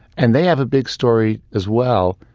and they have a big story as well.